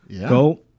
go